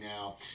now